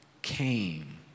came